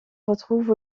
retrouve